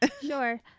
Sure